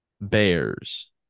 Bears